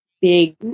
big